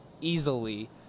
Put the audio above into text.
easily